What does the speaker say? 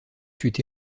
fut